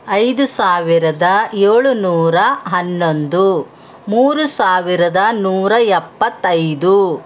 ಐದು ಸಾವಿರದ ಏಳು ನೂರ ಹನ್ನೊಂದು ಮೂರು ಸಾವಿರದ ನೂರ ಎಪ್ಪತ್ತೈದು